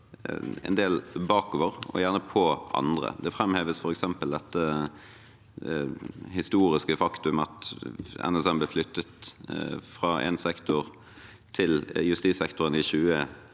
en del bakover og gjerne på andre. Det framheves f.eks. det historiske faktum at NSM ble flyttet fra en sektor og over til justissektoren i 2019.